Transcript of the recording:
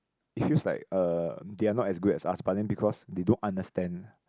it feels like uh they are not as good as us but then because they don't understand